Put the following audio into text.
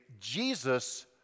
Jesus